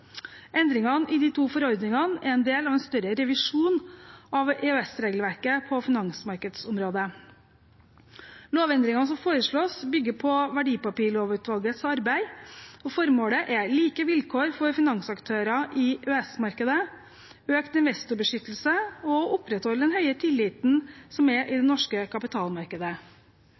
Endringene i de to forordningene er en del av en større revisjon av EØS-regelverket på finansmarkedsområdet. Lovendringene som foreslås, bygger på Verdipapirlovutvalgets arbeid, og formålet er like vilkår for finansaktører i EØS-markedet, økt investorbeskyttelse og å opprettholde den høye tilliten som er i det norske kapitalmarkedet.